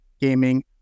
gaming